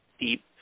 deep